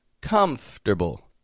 comfortable